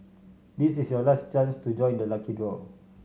this is your last chance to join the lucky draw